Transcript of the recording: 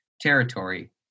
territory